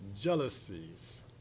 jealousies